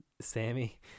Sammy